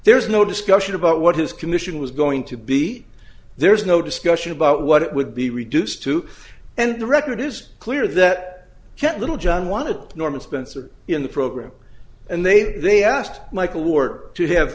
there's no discussion about what his condition was going to be there's no discussion about what it would be reduced to and the record is clear that can't littlejohn wanted norman spencer in the program and they they asked michael work to have